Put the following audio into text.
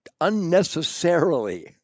unnecessarily